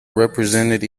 represented